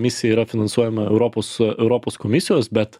misija yra finansuojama europos su europos komisijos bet